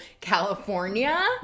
California